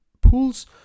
pools